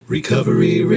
Recovery